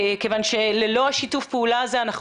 כיוון שללא שיתוף הפעולה הזו אנחנו